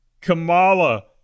Kamala